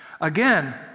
Again